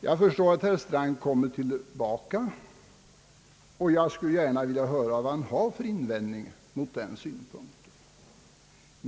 Jag förstår att herr Strand kommer tillbaka i talarstolen, och jag skulle gärna vilja höra vad han har för invändning mot den synpunkten.